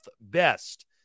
best